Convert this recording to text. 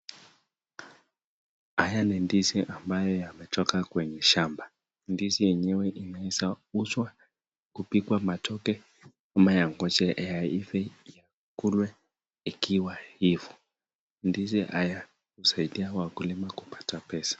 Haya ni ndizi ambayo yametoka kwenye shamba, ndizi yenyewe inaweza oshwa kupika matoke ama yangoje yaive ikulwe ikiwa hivyo, ndizi haya husaidia wakulima kupata pesa.